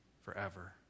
forever